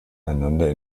einander